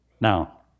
Now